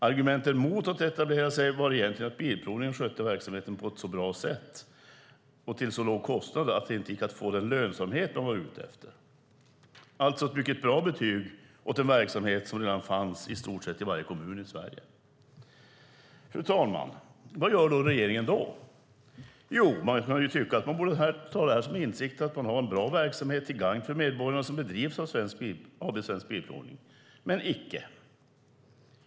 Argumenten mot att etablera sig var egentligen att Bilprovningen skötte verksamheten på ett så bra sätt och till så låg kostnad att det inte gick att få den lönsamhet man var ute efter. Det var alltså ett mycket bra betyg åt den verksamhet som redan fanns i stort sett i varje kommun i Sverige. Fru talman! Vad gör regeringen då? Man kunde ju tycka att den borde ta det till intäkt för att det är en bra verksamhet till gagn för medborgarna som bedrivs av AB Svensk Bilprovning - men icke.